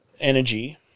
energy